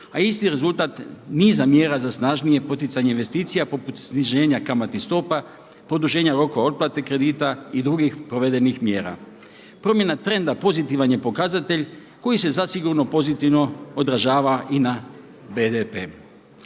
a isti rezultat niza mjera za snažnije poticanje investicija poput sniženja kamatnih stopa, produženja rokova otplate kredita i drugi provedenih mjera. Promjena trenda pozitivan je pokazatelj koji se zasigurno pozitivno odražava i na BDP.